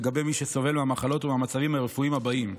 לגבי מי שסובל מהמחלות ומהמצבים הרפואיים הבאים: